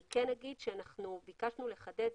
אני כן אומר שאנחנו ביקשנו לחדד